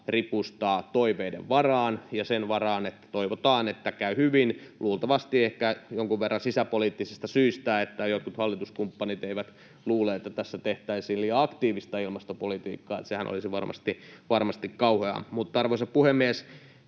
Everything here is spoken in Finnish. toiveiden varaan ja sen varaan, että toivotaan, että käy hyvin — luultavasti ehkä jonkun verran sisäpoliittisista syistä, niin että jotkut hallituskumppanit eivät luule, että tässä tehtäisiin liian aktiivista ilmastopolitiikkaa. Sehän olisi varmasti kauheaa. Arvoisa puhemies!